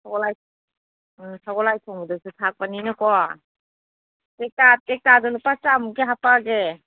ꯁꯍꯣꯜꯍꯋꯥꯏ ꯎꯝ ꯁꯒꯣꯜꯍꯋꯥꯏ ꯊꯣꯡꯕꯗꯁꯨ ꯊꯥꯛꯄꯅꯤꯅꯀꯣ ꯇꯦꯛꯇꯥ ꯇꯦꯛꯇꯥꯗꯣ ꯂꯨꯄꯥ ꯆꯥꯃꯃꯨꯛꯀꯤ ꯍꯥꯞꯄꯛꯑꯒꯦ